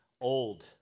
old